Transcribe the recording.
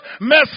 mess